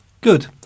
Good